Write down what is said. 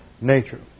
nature